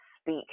speak